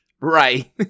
right